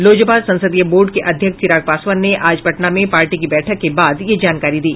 लोजपा संसदीय बोर्ड के अध्यक्ष चिराग पासवान ने आज पटना में पार्टी की बैठक के बाद यह जानकारी दी